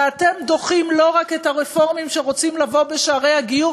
ואתם דוחים לא רק את הרפורמים שרוצים לבוא בשערי הגיור,